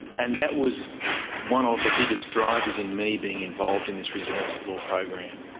and that was one of the biggest drivers in me being involved in this resilience at law program.